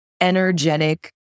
energetic